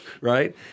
Right